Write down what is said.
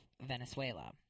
Venezuela